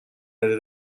نده